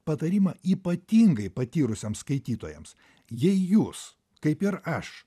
patarimą ypatingai patyrusiems skaitytojams jei jūs kaip ir aš